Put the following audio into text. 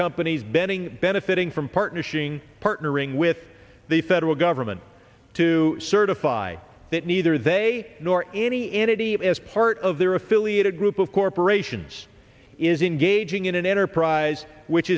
companies betting benefiting from partnership partnering with the federal government to certify that neither they nor any entity is part of their affiliated group of corporations is engaging in an enterprise which